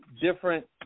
different